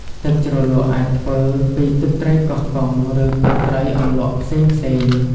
ទឹកជ្រលក់អាចធ្វើពីទឹកត្រីកោះកុង ឬទឹកត្រីអន្លក់ផ្សេងៗ។